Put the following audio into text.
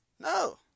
No